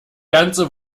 ganze